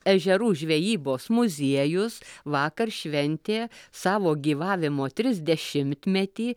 ežerų žvejybos muziejus vakar šventė savo gyvavimo trisdešimtmetį